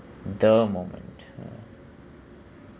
the moment